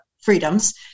freedoms